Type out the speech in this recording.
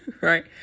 right